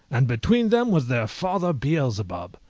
and between them was their father beelzebub!